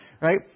right